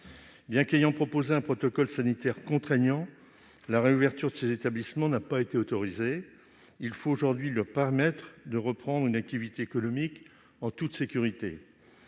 Bien qu'ils aient proposé un protocole sanitaire contraignant, ces établissements n'ont pas été autorisés à rouvrir. Il faut aujourd'hui leur permettre de reprendre une activité économique en toute sécurité.